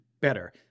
better